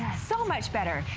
so much better.